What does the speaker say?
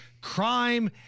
crime